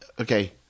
Okay